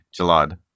Jalad